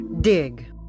Dig